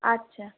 আচ্ছা